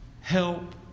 help